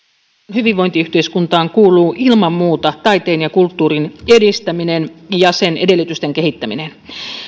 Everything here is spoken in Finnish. hyvinvointiyhteiskuntaan kuuluu ilman muuta taiteen ja kulttuurin edistäminen ja sen edellytysten kehittäminen